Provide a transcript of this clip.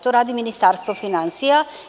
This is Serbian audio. To radi Ministarstvo finansija.